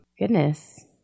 goodness